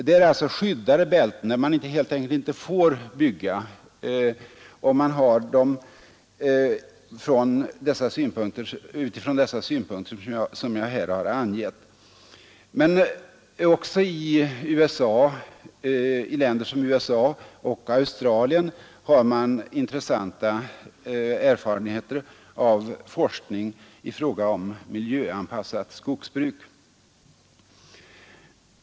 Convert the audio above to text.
Det är alltså lagligt skyddade bälten, där man helt enkelt inte får bygga, och man har sett dem utifrån de synpunkter jag här har angett. Men också i länder som USA och Australien har man intressanta erfarenheter av forskning i fråga om miljöanpassat skogsbruk.